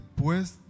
después